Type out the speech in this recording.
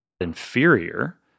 inferior